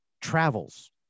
travels